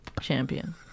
Champion